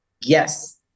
Yes